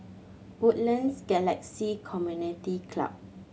Woodlands Galaxy Community Club